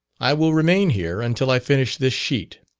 i will remain here until i finish this sheet.